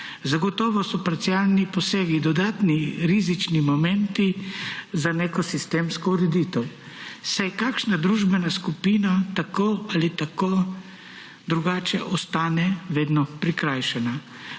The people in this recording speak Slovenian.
Zagotovo so parcialni posegi dodatni rizični momenti za neko sistemsko ureditev, saj kakšna družbena skupina tako ali tako drugače ostane vedno prikrajšana.